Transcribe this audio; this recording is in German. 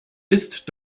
ist